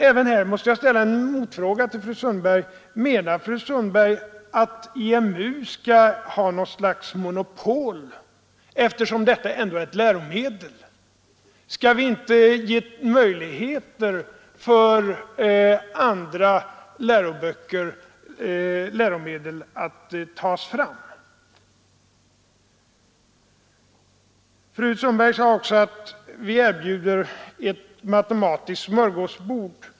Även här måste jag ställa en motfråga till fru Sundberg: Menar fru Sundberg att IMU skall ha något slags monopolställning? Skall det inte finnas möjligheter att ta fram även andra läromedel? Fru Sundberg sade också att vi erbjuder ett matematiskt smörgåsbord.